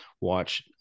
watch